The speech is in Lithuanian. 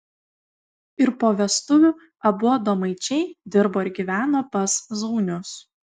ir po vestuvių abu adomaičiai dirbo ir gyveno pas zaunius